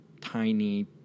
tiny